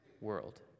world